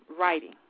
writing